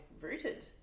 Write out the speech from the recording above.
Rooted